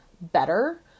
better